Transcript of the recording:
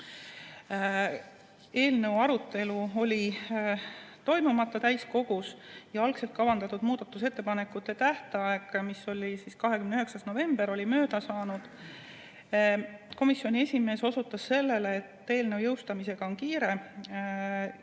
eelnõu arutelu oli täiskogus toimumata ja algselt kavandatud muudatusettepanekute tähtaeg, mis oli 29. novembril, oli mööda saanud. Komisjoni esimees osutas sellele, et eelnõu jõustamisega on kiire,